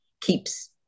keeps